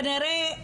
כנראה,